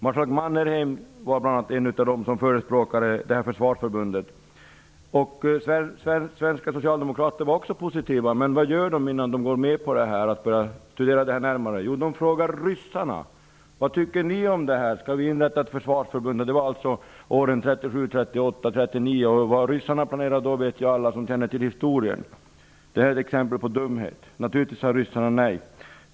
Marskalk Mannerheim var en av dem som förespråkade ett sådant försvarsförbund. Också svenska socialdemokrater var positiva, men vad gjorde de innan de gick med på att studera saken närmare? Jo, de frågade ryssarna: Vad tycker ni om det här? Skall vi inrätta ett försvarsförbund? Detta var åren 1937, 1938 och 1939, och vad ryssarna planerade då vet ju alla som känner till historien. Det här är ett exempel på dumhet. Naturligtvis sade ryssarna nej.